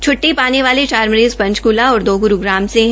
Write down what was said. छुट्टी पाने वाले मरीज पंचकला और दो ग्रूग्राम से है